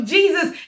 Jesus